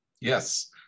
Yes